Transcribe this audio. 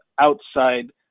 outside